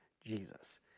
Jesus